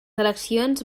eleccions